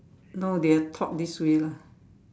no they are taught this way lah